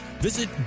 Visit